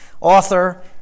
Author